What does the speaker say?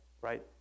right